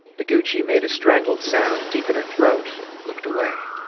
noguchi made a strangled sound deep in her throat and looked away.